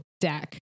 deck